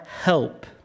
help